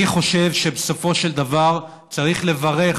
אני חושב שבסופו של דבר צריך לברך,